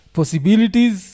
possibilities